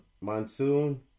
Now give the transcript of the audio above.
Monsoon